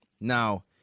Now